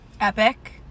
epic